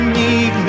need